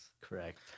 Correct